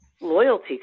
loyalty